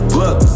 look